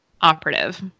operative